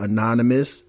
Anonymous